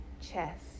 chest